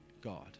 God